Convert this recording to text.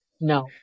no